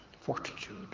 fortitude